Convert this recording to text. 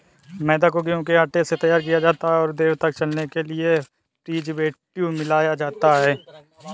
मैदा को गेंहूँ के आटे से तैयार किया जाता है और देर तक चलने के लिए प्रीजर्वेटिव मिलाया जाता है